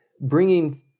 bringing